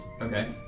Okay